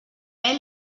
mel